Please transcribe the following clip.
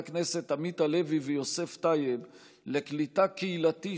הכנסת עמית הלוי ויוסף טייב לקליטה קהילתית,